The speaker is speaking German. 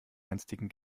einstigen